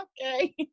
okay